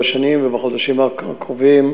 בשנים ובחודשים הקרובים,